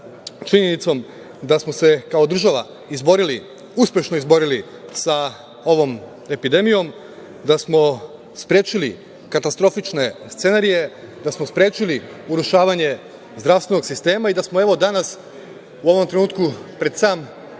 činjenicom da smo se, kao država, izborili, uspešno izborili sa ovom epidemijom, da smo sprečili katastrofične scenarije, da smo sprečili urušavanje zdravstvenog sistema i da smo, evo, danas, u ovom trenutku, pred sam